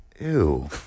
Ew